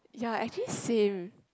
ya actually same